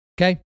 Okay